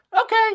okay